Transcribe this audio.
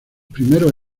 primeros